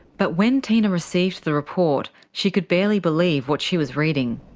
but when tina received the report, she could barely believe what she was reading.